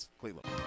Cleveland